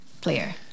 player